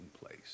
place